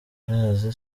urazi